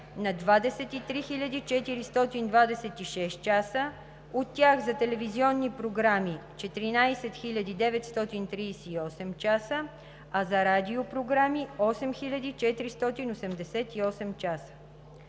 на 23 426 часа, от тях за телевизионни програми – 14 938 часа, а за радиопрограми – 8488 часа.